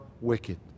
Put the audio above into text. wicked